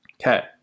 okay